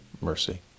mercy